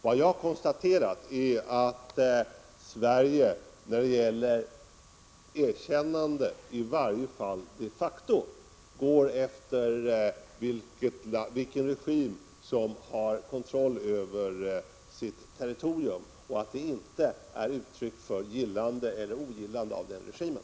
Det jag har konstaterat är att Sverige när det gäller erkännande i varje fall de facto går efter vilken regim som har kontroll över sitt territorium och att det inte är uttryck för gillande eller ogillande av den regimen.